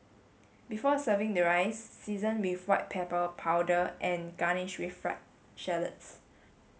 Alisa replaced the light fixture in the old master bedroom with a chandelier and added beanbags